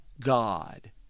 God